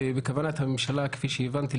ובכוונת הממשלה כפי שהבנתי,